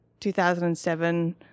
2007